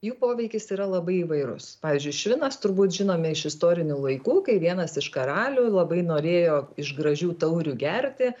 jų poveikis yra labai įvairus pavyzdžiui švinas turbūt žinome iš istorinių laikų kai vienas iš karalių labai norėjo iš gražių taurių gerti